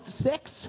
six